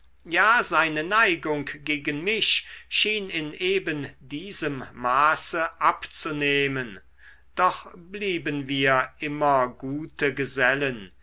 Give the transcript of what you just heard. ja seine neigung gegen mich schien in eben diesem maße abzunehmen doch blieben wir immer gute gesellen